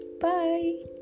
bye